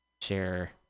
share